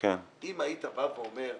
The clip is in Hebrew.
אם היית בא ואומר,